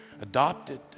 adopted